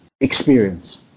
experience